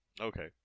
Okay